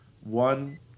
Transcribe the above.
one